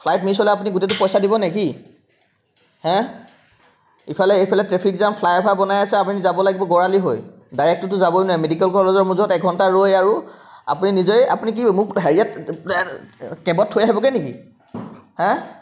flight miss হ'লে আপুনি গোটেইটো পইচা দিব নেকি হা ইফালে ইফালে ট্ৰেফিক জাম ফ্লাইঅভাৰ বনাই আছে আপুনি যাব লাগিব গড়আলি হৈ ডাইৰেক্টটোতো যাবই নোৱাৰে মেডিকেল কলেজৰ মাজত এক ঘণ্টা ৰৈ আৰু আপুনি নিজেই আপুনি কি মোক হেৰিয়াত কেবত থৈ আহিবগৈ নেকি হা